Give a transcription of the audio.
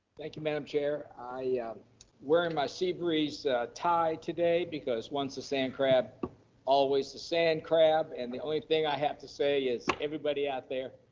thank you madam chair. i'm wearing my seabreeze tie today, because once a sand crab always a sand crab, and the only thing i have to say is everybody out there,